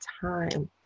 time